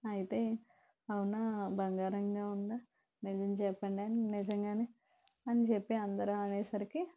ఐతే అవునా బంగారంగా ఉందా నిజం చెప్పండి అని నిజంగానే అని చెప్పి అందరూ అనేసరికి